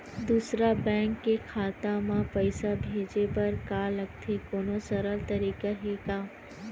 दूसरा बैंक के खाता मा पईसा भेजे बर का लगथे कोनो सरल तरीका हे का?